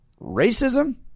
racism